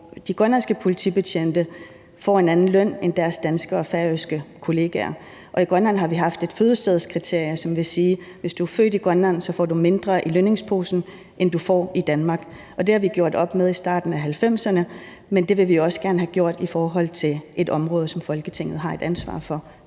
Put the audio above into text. De grønlandske politibetjente får en anden løn end deres danske og færøske kollegaer. I Grønland har vi haft et fødestedskriterie, der sagde, at hvis du var født i Grønland, fik du mindre i lønningsposen, end hvis du var født i Danmark. Det gjorde vi op med i starten af 1990'erne, men det vil vi også gerne have gjort på et område, som Folketinget har et ansvar for,